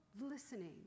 listening